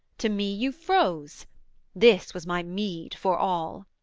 to me you froze this was my meed for all.